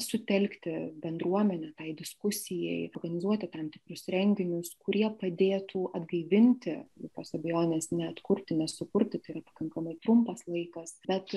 sutelkti bendruomenę diskusijai organizuoti tam tikrus renginius kurie padėtų atgaivinti jokios abejonės ne atkurti ne sukurti tai yra pakankamai trumpas laikas bet